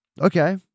okay